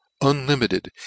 unlimited